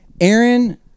Aaron